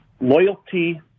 loyalty